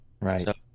right